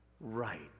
right